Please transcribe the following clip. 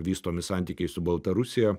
vystomi santykiai su baltarusija